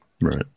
Right